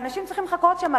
ואנשים צריכים לחכות שם,